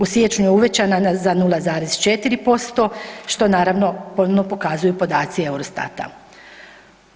U siječnju je uvećana za 0,4%, što naravno ponovno pokazuju podaci EUROSTAT-a.